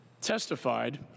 Testified